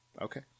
okay